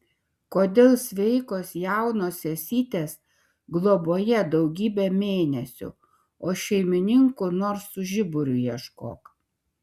kodėl sveikos jaunos sesytės globoje daugybę mėnesių o šeimininkų nors su žiburiu ieškok